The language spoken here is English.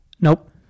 Nope